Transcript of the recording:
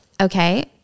okay